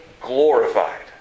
glorified